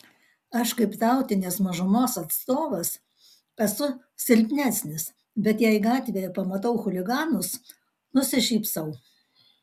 aš kaip tautinės mažumos atstovas esu silpnesnis bet jei gatvėje pamatau chuliganus nusišypsau